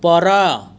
ଉପର